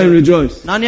rejoice